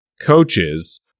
coaches